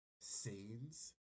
scenes